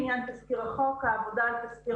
לעניין תזכיר החוק העבודה על תזכיר